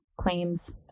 claims